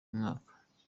mwaka